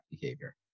behavior